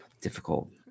difficult